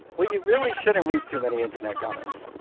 well, you really shouldn't read too many internet comments.